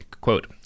quote